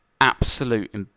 absolute